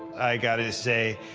i got to say,